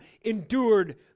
endured